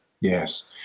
Yes